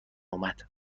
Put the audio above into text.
اومد